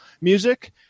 music